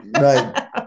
Right